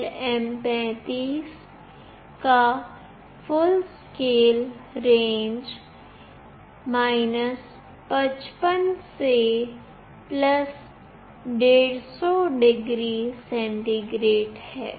LM35 का full scale range 55 से 150 degree centigrade है